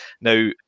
Now